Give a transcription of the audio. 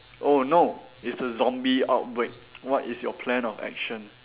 oh no it's a zombie outbreak what is your plan of action